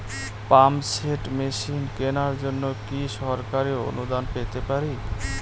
Pump set machine কেনার জন্য কি সরকারি অনুদান পেতে পারি?